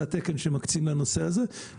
זה התקן שמקצים לנושא הזה,